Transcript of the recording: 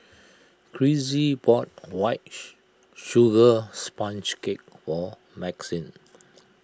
Crissy bought White Sugar Sponge Cake for Maxine